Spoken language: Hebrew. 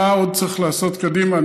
מה עוד צריך לעשות קדימה.